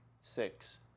six